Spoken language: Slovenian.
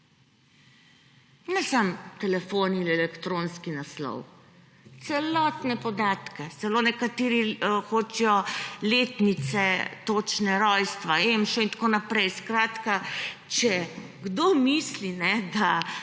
ne samo telefon in elektronski naslov, celotne podatke. Celo nekateri hočejo točne letnice rojstva, EMŠO in tako naprej. Skratka, če kdo misli, da